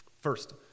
First